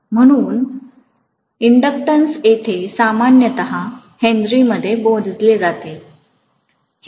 म्हणून इंडक्टन्स येथे सामान्यतः हेन्रीमध्ये मोजले जाते